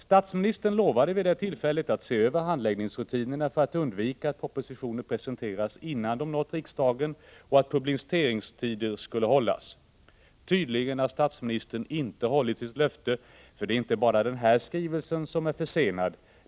Statsministern lovade vid det tillfället att se över handläggningsrutinerna för att undvika att propositioner presenteras innan de nått riksdagen och att publiceringstider skulle hållas. Tydligen har statsministern inte hållit sitt löfte, för det är inte bara den här skrivelsen som är försenad.